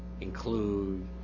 include